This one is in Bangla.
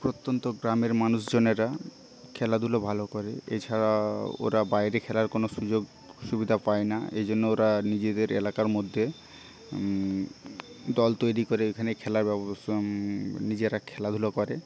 প্রত্যন্ত গ্রামের মানুষজনেরা খেলাধুলো ভালো করে এছাড়া ওরা বাইরে খেলার কোনো সুযোগ সুবিধা পায়না এইজন্য ওরা নিজেদের এলাকার মধ্যে দল তৈরি করে ওখানে খেলার ব্যবস্থা নিজেরা খেলাধুলো করে